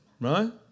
Right